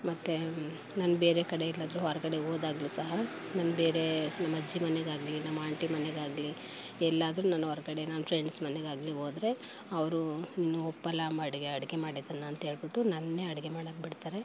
ಮತ್ತು ನಾನು ಬೇರೆ ಕಡೆ ಎಲ್ಲಾದ್ರೂ ಹೊರಗಡೆ ಹೋದಾಗ್ಲೂ ಸಹ ನಾನು ಬೇರೆ ನಮ್ಮಜ್ಜಿ ಮನೆಗಾಗಲಿ ನಮ್ಮ ಆಂಟಿ ಮನೆಗಾಗಲಿ ಎಲ್ಲಾದ್ರೂ ನಾನು ಹೊರಗಡೆ ನನ್ನ ಫ್ರೆಂಡ್ಸ್ ಮನೆಗಾಗಲಿ ಹೋದ್ರೆ ಅವರು ನೀನು ಒಪ್ಪೋಲ್ಲ ಅಡುಗೆ ಅಡುಗೆ ಮಾಡಿದ್ದನ್ನು ಅಂಥೇಳಿಬಿಟ್ಟು ನನ್ನೇ ಅಡುಗೆ ಮಾಡಾಕ್ಬಿಡ್ತಾರೆ